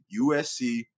USC